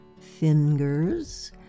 fingers